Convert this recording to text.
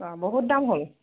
ওৱা বহুত দাম হ'ল